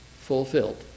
fulfilled